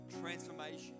transformation